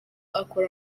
akora